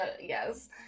Yes